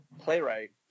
playwright